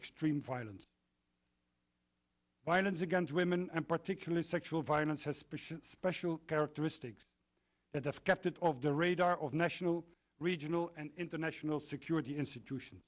extreme violence violence against women and particularly sexual violence has special characteristics that have kept it off the radar of national regional and international security institution